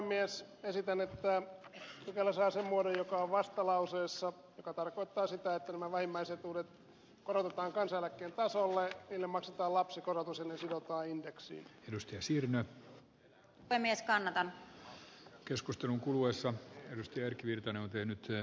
ehdotan että pykälä saa sen muodon joka on vastalauseessa mikä tarkoittaa sitä että nämä vähimmäisetuudet korotetaan kansaneläkkeen tasolle niille maksetaan lapsikorotus olisi jotain keksii ryhtyä sinne tänne skannataan keskustelun kuluessa ja ne sidotaan indeksiin